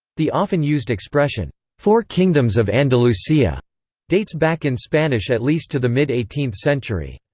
the often-used expression four kingdoms of andalusia dates back in spanish at least to the mid eighteenth century.